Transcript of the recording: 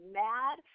mad